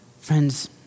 Friends